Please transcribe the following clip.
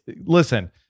listen